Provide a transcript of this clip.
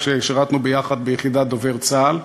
כששירתנו יחד ביחידת דובר צה"ל.